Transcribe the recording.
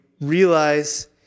realize